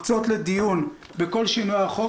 30 שעות מוקצות לדיון בכל שינוי החוק.